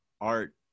art